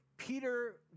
Peter